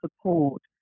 support